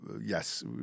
yes